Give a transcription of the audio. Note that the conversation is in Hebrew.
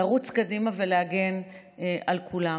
לרוץ קדימה ולהגן על כולם.